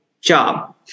job